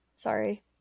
Sorry